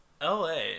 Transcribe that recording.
LA